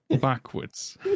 backwards